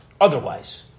otherwise